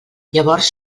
llavors